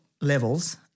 levels